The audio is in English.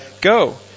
go